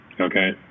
okay